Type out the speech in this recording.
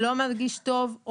לא מרגיש טוב,